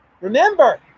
Remember